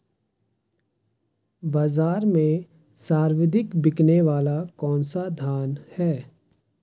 बाज़ार में सर्वाधिक बिकने वाला कौनसा धान है?